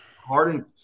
Harden